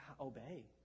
obey